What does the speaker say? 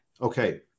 okay